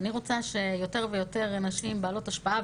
אני רוצה שיותר ויותר נשים בעלות השפעה,